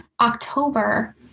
October